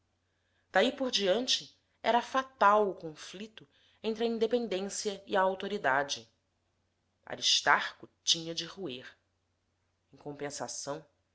anarquista daí por diante era fatal o conflito entre a independência e a autoridade aristarco tinha de roer em compensação